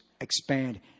expand